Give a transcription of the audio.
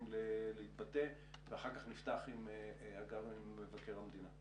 להתבטא ואחר כך נפתח עם מבקר המדינה.